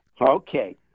Okay